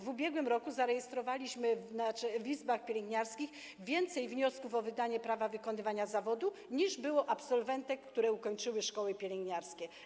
W ubiegłym roku zarejestrowaliśmy w izbach pielęgniarskich więcej wniosków o wydanie prawa wykonywania zawodu niż było absolwentek, które ukończyły szkoły pielęgniarskie.